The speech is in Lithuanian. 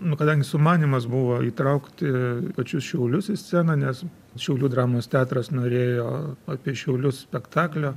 nu kadangi sumanymas buvo įtraukti pačius šiaulius į sceną nes šiaulių dramos teatras norėjo apie šiaulius spektaklio